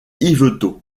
yvetot